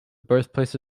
birthplace